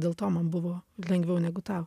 dėl to man buvo lengviau negu tau